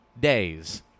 days